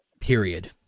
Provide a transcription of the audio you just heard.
period